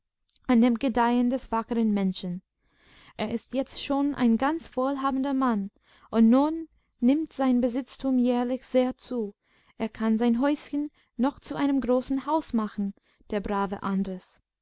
an dem gedeihen des wackeren menschen er ist jetzt schon ein ganz wohlhabender mann und nun nimmt sein besitztum jährlich sehr zu er kann sein häuschen noch zu einem großen haus machen der brave andres